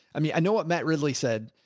i mean, i know what matt ridley said.